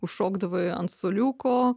užšokdavo ant suoliuko